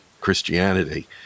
Christianity